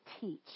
teach